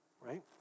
right